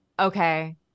Okay